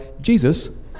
Jesus